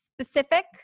specific